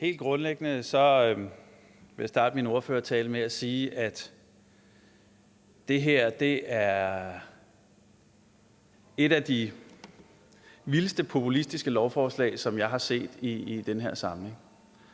Tak. Jeg vil starte min ordførertale med at sige, at helt grundlæggende er det her et af de vildeste, populistiske lovforslag, som jeg har set i den her samling.